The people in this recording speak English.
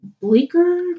bleaker